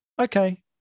Okay